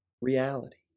reality